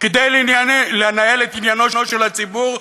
כדי לנהל את עניינו של הציבור,